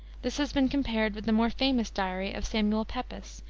this has been compared with the more famous diary of samuel pepys,